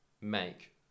make